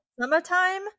summertime